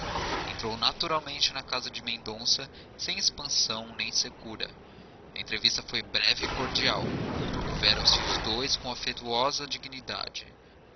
entrou naturalmente em casa de mendonça sem expansão nem secura a entrevista foi breve e cordial houveram se os dois com afetuosa dignidade